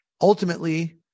ultimately